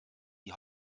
die